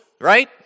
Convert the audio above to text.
right